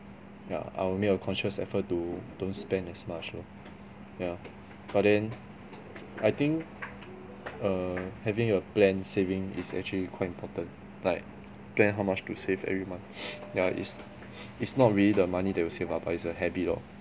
yeah I'll make a conscious effort to don't spend as much lor yeah but then I think err having a planned saving is actually quite important like plan how much to save every month yeah it's it's not really the money that you save lah but is a habit lor